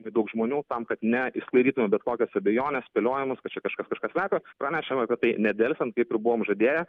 daug žmonių tam kad ne išsklaidytų bet kokias abejones spėliojimus kad čia kažkas kažką slepia pranešam apie tai nedelsiant kaip ir buvom žadėję